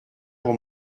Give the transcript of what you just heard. pour